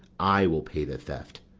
i will pay the theft.